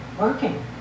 Working